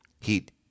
heat